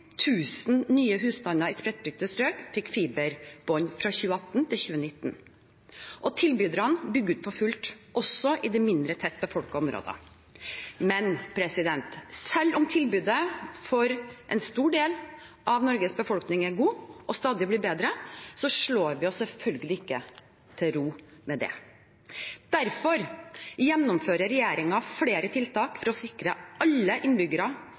nye husstander i spredtbygde strøk fikk fiberbredbånd fra 2018 til 2019. Tilbyderne bygger ut for fullt, også i de mindre tett befolkede områdene. Men selv om tilbudet for en stor del av Norges befolkning er godt og stadig blir bedre, slår vi oss selvfølgelig ikke til ro med det. Derfor gjennomfører regjeringen flere tiltak for å sikre alle innbyggere